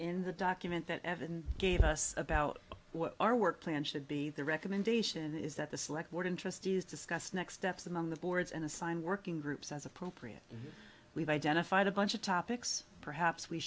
in the document that evan gave us about what our work plan should be the recommendation is that the select ward interest is discussed next steps and on the boards and assign working groups as appropriate we've identified a bunch of topics perhaps we